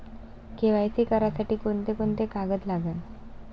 KYC करासाठी कोंते कोंते कागद लागन?